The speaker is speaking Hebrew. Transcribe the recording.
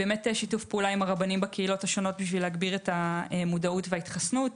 שיתוף פעולה עם הרבנים בקהילות השונות כדי להגביר את המודעות וההתחסנות.